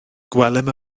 gwelem